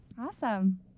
awesome